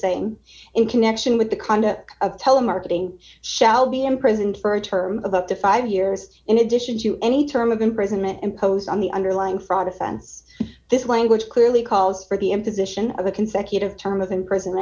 same in connection with the conduct of telemarketing shall be imprisoned for a term of up to five years in addition to any term of imprisonment imposed on the underlying fraud offense this language clearly calls for the imposition of a consecutive term of imprison